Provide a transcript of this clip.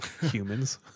humans